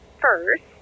first